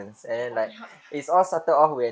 eh banyak